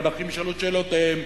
והנכים ישאלו את שאלותיהם,